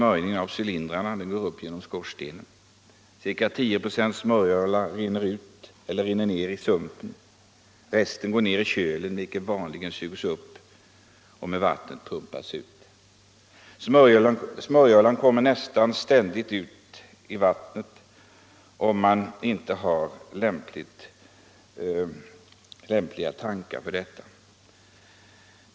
En del går upp genom skorstenen, ca 10 96 smörjolja rinner ner i sumpen, resten går ner i kölen och sugs vanligen upp med vattnet och pumpas ut. Smörjoljan kommer nästan ständigt ut i vattnet, om man inte har lämpliga tankar för detta ändamål.